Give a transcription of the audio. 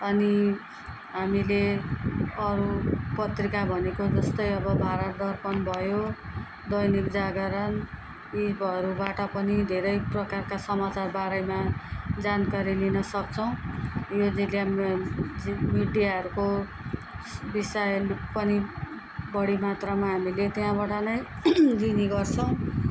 अनि हामीले अरू पत्रिका भनेको जस्तै अब भारत दर्पण भयो दैनिक जागरण यीहरूबाट पनि धेरै प्रकारका समाचार बारेमा जानकारी लिन सक्छौँ यो जे मिडियाहरूको विषय पनि बढीमात्रामा हामीले त्यहाँबाट नै लिने गर्छौँ